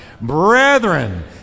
Brethren